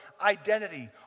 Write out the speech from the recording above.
identity